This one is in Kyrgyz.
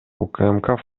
укмк